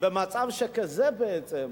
במצב שכזה בעצם,